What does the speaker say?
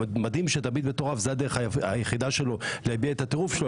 מדהים שתמיד זו הדרך היחידה של המטורף להביע את הטירוף שלו,